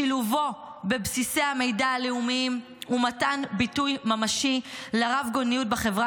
שילובו בבסיסי המידע הלאומיים ומתן ביטוי ממשי לרב-גוניות בחברה